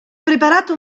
preparato